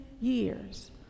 years